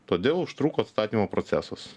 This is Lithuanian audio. todėl užtruko atstatymo procesas